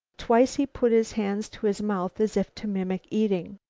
twice he put his hands to his mouth, as if to mimic eating.